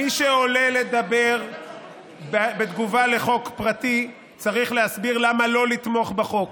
מי שעולה לדבר בתגובה על חוק פרטי צריך להסביר למה לא לתמוך בחוק.